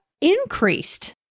increased